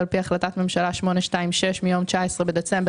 על פי החלטת ממשלה מס' 826 מיום 19 בדצמבר